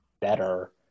better